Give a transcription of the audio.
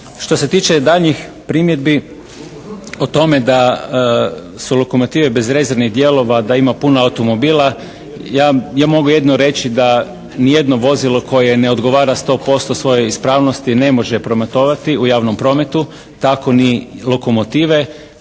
Što se tiče daljnjih primjedbi o tome da su lokomotive bez rezervnih dijelova, da ima puno automobila ja mogu jedino reći da ni jedno vozile koje ne odgovara 100% svojoj ispravnosti ne može prometovati u javnom prometu, tako ni lokomotive,